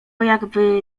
jakby